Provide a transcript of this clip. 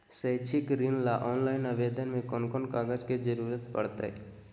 शैक्षिक ऋण ला ऑनलाइन आवेदन में कौन कौन कागज के ज़रूरत पड़तई?